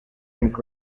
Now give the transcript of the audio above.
and